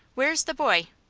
where's the boy?